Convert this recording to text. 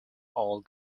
all